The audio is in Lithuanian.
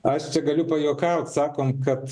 aš čia galiu pajuokaut sakom kad